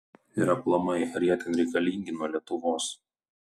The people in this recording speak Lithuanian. ir aplamai ar jie ten reikalingi nuo lietuvos